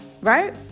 right